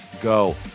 go